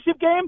game